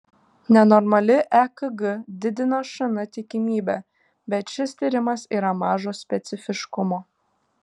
nenormali ekg didina šn tikimybę bet šis tyrimas yra mažo specifiškumo